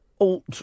alt